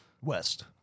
West